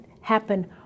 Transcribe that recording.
happen